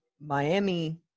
Miami